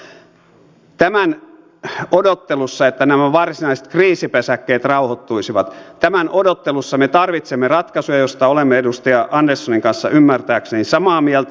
tämän odottelussa että nämä varsinaiset kriisipesäkkeet rauhoittuisivat tämän odottelussa me tarvitsemme ratkaisuja joista olemme edustaja anderssonin kanssa ymmärtääkseni samaa mieltä